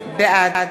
בעד